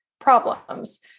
problems